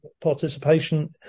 participation